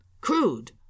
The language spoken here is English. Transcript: crude